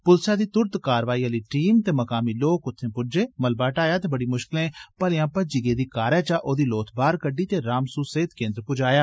पुलसै दी तुरत कारवाई आली टीम ते मकामी लोक उत्थें पुज्जे मलबा हटाया ते बड़ी मुशकलें भलेया भज्जी गेदी कारै चा ओहदी लोथ बाहर कड्डी ते रामसू सेहत केन्द्र पजाया